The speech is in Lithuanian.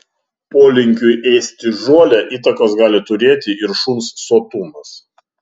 polinkiui ėsti žolę įtakos gali turėti ir šuns sotumas